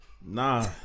Nah